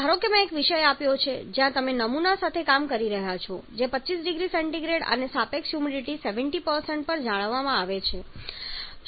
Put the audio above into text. ધારો કે મેં એક વિષય આપ્યો છે જ્યાં તમે નમૂના સાથે કામ કરી રહ્યા છો જે 25 0C અને સાપેક્ષ હ્યુમિડિટી 70 પર જાળવવામાં આવે છે